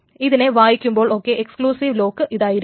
ഇതിനെ വായിക്കുമ്പോൾ ഒക്കെ എക്സ്ക്ലൂസീവ് ലോക്ക് ഇതായിരിക്കും